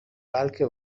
بلکه